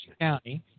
County